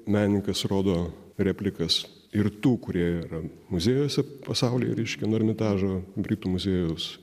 menininkas rodo replikas ir tų kurie yra muziejuose pasaulyje reiškia nu ermitažo britų muziejaus